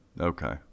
Okay